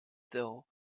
though